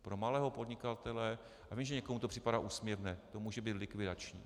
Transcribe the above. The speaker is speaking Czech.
Pro malého podnikatele, já vím, že někomu to připadá úsměvné, to může být likvidační.